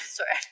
Sorry